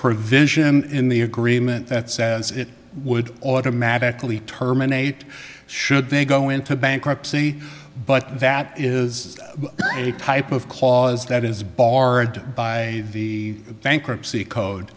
provision in the agreement that says it would automatically terminate should they go into bankruptcy but that is a type of clause that is barred by the bankruptcy code